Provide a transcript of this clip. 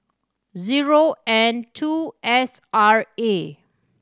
zero N two S R A